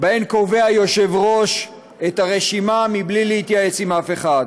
שבהן קובע היושב-ראש את הרשימה מבלי להתייעץ עם אף אחד,